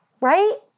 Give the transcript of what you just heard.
right